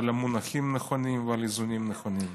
על מונחים נכונים ועל איזונים נכונים.